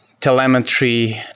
telemetry